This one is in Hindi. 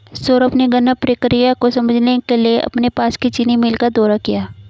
सौरभ ने गन्ना प्रक्रिया को समझने के लिए अपने पास की चीनी मिल का दौरा किया